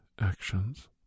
actions